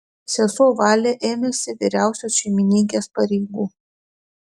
sesuo valė ėmėsi vyriausios šeimininkės pareigų